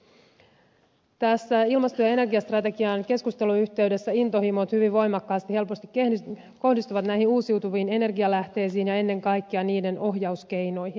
tässä ilmasto ja energiastrategian keskustelun yhteydessä intohimot helposti hyvin voimakkaasti kohdistuvat näihin uusiutuviin energianlähteisiin ja ennen kaikkea niiden ohjauskeinoihin